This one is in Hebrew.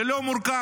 זה לא מורכב,